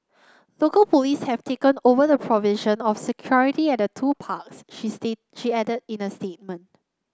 local police have taken over the provision of security at the two parks she state she added in a statement